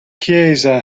chiesa